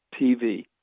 TV